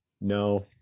No